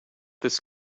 this